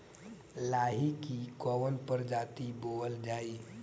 लाही की कवन प्रजाति बोअल जाई?